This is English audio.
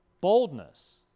boldness